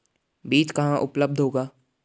बीज कहाँ उपलब्ध होगा?